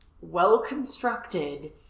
well-constructed